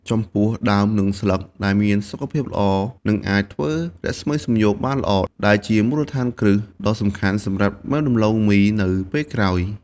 ចំពោះដើម និងស្លឹកដែលមានសុខភាពល្អនឹងអាចធ្វើរស្មីសំយោគបានល្អ ដែលជាមូលដ្ឋានគ្រឹះដ៏សំខាន់សម្រាប់មើមដំឡូងមីនៅពេលក្រោយ។